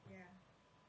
ya